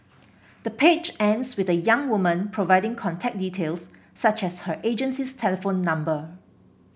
the page ends with the young woman providing contact details such as her agency's telephone number